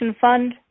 fund